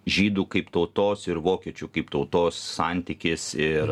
žydų kaip tautos ir vokiečių kaip tautos santykis ir